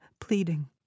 pleading